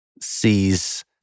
sees